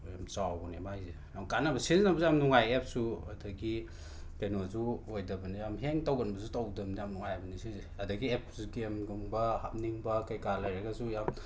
ꯌꯥꯝ ꯆꯥꯎꯕꯅꯦ ꯃꯥꯏꯁꯦ ꯌꯥꯝ ꯀꯥꯟꯅꯕ ꯁꯤꯖꯤꯟꯅꯕꯁꯨ ꯌꯥꯝ ꯅꯨꯡꯉꯥꯏ ꯑꯦꯞꯁꯨ ꯑꯗꯒꯤ ꯀꯩꯅꯣꯁꯨ ꯑꯣꯏꯗꯕꯅꯦ ꯌꯥꯝ ꯍꯦꯡ ꯇꯧꯒꯟꯕꯁꯨ ꯇꯧꯗꯕꯅꯦ ꯌꯥꯝ ꯅꯨꯡꯉꯥꯏꯕꯅꯦ ꯁꯤꯁꯦ ꯑꯗꯒꯤ ꯑꯦꯞꯁ ꯒꯦꯝꯒꯨꯝꯕ ꯍꯥꯞꯅꯤꯡꯕ ꯀꯩꯀꯥ ꯂꯩꯔꯒꯁꯨ ꯌꯥꯝ